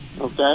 Okay